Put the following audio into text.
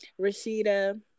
Rashida